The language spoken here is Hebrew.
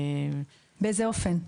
באיזה אופן?